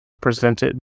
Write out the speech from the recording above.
presented